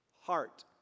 heart